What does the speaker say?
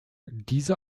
diese